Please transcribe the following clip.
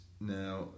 Now